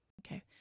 Okay